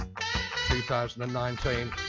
2019